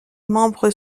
membres